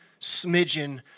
smidgen